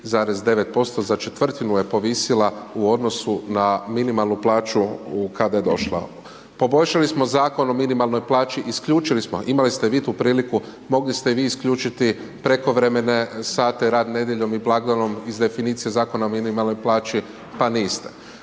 za četvrtinu je povisila u odnosu na minimalnu plaću kada je došla. Poboljšali smo Zakon o minimalnoj plaći, isključili smo, imali ste vi tu priliku, mogli ste vi isključiti prekovremene sate, rad nedjeljom i blagdanom iz definicije Zakona o minimalnoj plaći, pa niste.